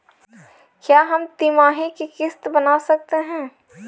क्या हम तिमाही की किस्त बना सकते हैं?